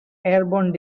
airborne